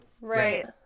right